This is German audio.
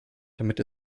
damit